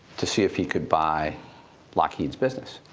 to see if you could buy lockheed's business.